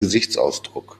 gesichtsausdruck